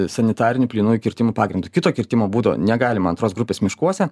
sanitariniu plynųjų kirtimų pagrindu kito kirtimo būdo negalima antros grupės miškuose